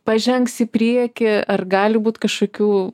pažengs į priekį ar gali būt kažkokių